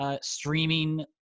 streaming